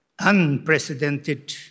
unprecedented